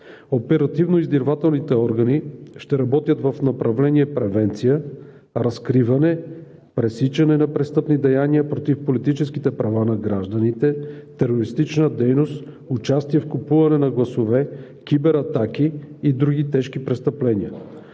Оперативно-издирвателните органи ще работят в направление превенция, разкриване, пресичане на престъпни деяния против политическите права на гражданите, терористична дейност, участие в купуване на гласове, кибератаки и други тежки престъпления.